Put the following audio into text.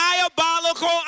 diabolical